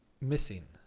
Missing